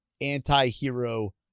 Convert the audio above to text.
anti-hero